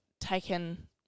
taken –